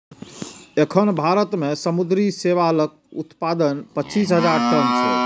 एखन भारत मे समुद्री शैवालक उत्पादन पच्चीस हजार टन छै